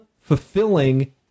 fulfilling